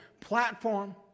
platform